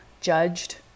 judged